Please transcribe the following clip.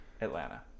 Atlanta